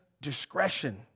discretion